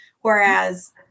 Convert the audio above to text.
Whereas